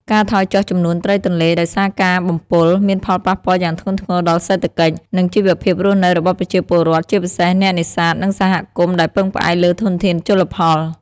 ការថយចុះចំនួនត្រីទន្លេដោយសារការបំពុល មានផលប៉ះពាល់យ៉ាងធ្ងន់ធ្ងរដល់សេដ្ឋកិច្ច និងជីវភាពរស់នៅរបស់ប្រជាពលរដ្ឋ ជាពិសេសអ្នកនេសាទ និងសហគមន៍ដែលពឹងផ្អែកលើធនធានជលផល។